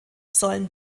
sollen